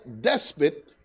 despot